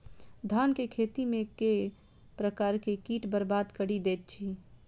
धान केँ खेती मे केँ प्रकार केँ कीट बरबाद कड़ी दैत अछि?